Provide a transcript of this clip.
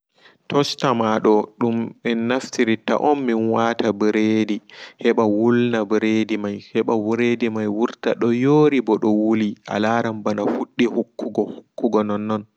Tosta mado dum en naftirta on minwata ɓredi heɓa wulna ɓredi mai heɓa ɓredi mai wurta doyori ɓo do yoori heɓa ɓredi mai vurta doyori ɓodo wuli alaran ɓana fuddi hukkugo hukkugo nonnon.